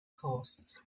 costs